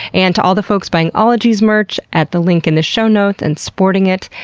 and to all the folks buying ologies merch at the link in the show notes and sporting it.